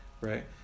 right